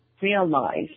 realize